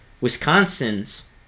Wisconsin's